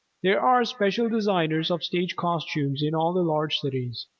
there are special designers of stage costumes in all the large cities,